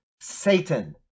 Satan